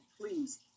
please